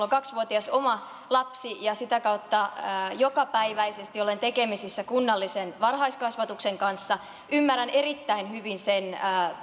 on kaksivuotias oma lapsi ja sitä kautta olen jokapäiväisesti tekemisissä kunnallisen varhaiskasvatuksen kanssa ymmärrän erittäin hyvin sen